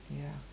ya